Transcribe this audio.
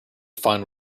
fine